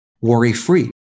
worry-free